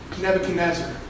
Nebuchadnezzar